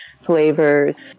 flavors